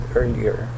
earlier